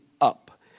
up